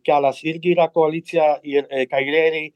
kelias irgi yra koalicija ir kairieji